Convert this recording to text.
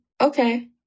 okay